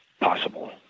possible